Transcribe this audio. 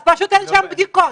פשוט אין שם בדיקות.